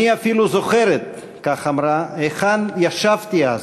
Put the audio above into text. אני אפילו זוכרת", כך אמרה, "היכן ישבתי אז.